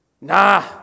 Nah